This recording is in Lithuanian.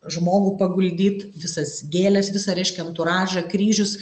žmogų paguldyt visas gėles visa reiškia anturažą kryžius